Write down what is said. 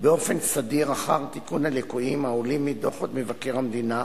באופן סדיר אחר תיקון הליקויים העולים מדוחות מבקר המדינה.